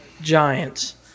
giants